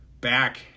back